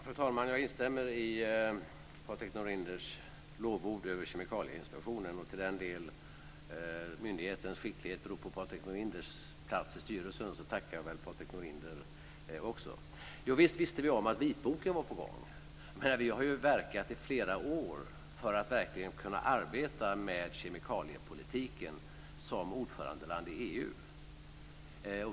Fru talman! Jag instämmer i Patrik Norinders lovord över Kemikalieinspektionen, och i det fall myndighetens skicklighet beror på Patrik Norinders plats i styrelsen tackar jag väl Patrik Norinder också. Jo, visst visste vi om att vitboken var på gång, men vi har ju verkat i flera år för att verkligen kunna arbeta med kemikaliepolitiken som ordförandeland i EU.